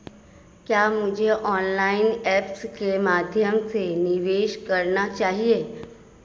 क्या मुझे online apps के माध्यम से निवेश करना चाहिए?